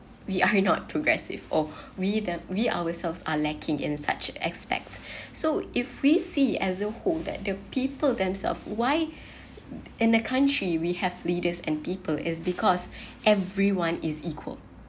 we are not progressive or we the we ourselves are lacking in such aspect so if we see as a whole that the people themselves why in the country we have leaders and people is because everyone is equal